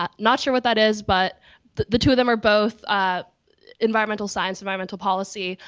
um not sure what that is, but the two of them are both environmental science, environmental policy.